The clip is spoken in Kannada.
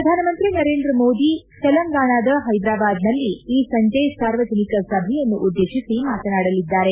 ಶ್ರಧಾನಮಂತ್ರಿ ನರೇಂದ್ರ ಮೋದಿ ತೆಲಂಗಾಣದ ಹೈದರಾಬಾದ್ನಲ್ಲಿ ಈ ಸಂಜೆ ಸಾರ್ವಜನಿಕ ಸಭೆಯನ್ನು ಉದ್ದೇಶಿಸಿ ಮಾತನಾಡಲಿದ್ದಾರೆ